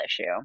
issue